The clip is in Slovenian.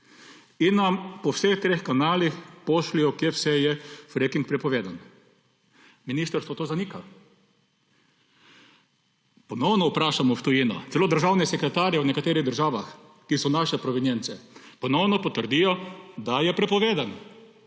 da nam po vseh treh kanalih pošljejo, kje vse je fracking prepovedan. Ministrstvo to zanika. Ponovno vprašamo v tujino. Celo državni sekretarji v nekaterih državah, ki so naše provenience, ponovno potrdijo, da je prepovedan.